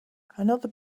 another